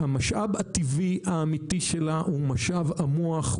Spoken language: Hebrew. המשאב הטבעי האמתי שלה הוא משאב המוח,